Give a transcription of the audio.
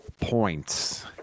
points